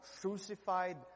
crucified